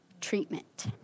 treatment